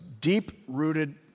deep-rooted